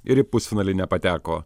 ir į pusfinalį nepateko